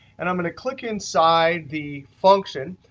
and i'm going to click inside the function.